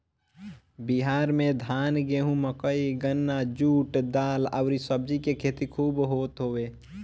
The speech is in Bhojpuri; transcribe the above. बिहार में धान, गेंहू, मकई, गन्ना, जुट, दाल अउरी सब्जी के खेती खूब होत हवे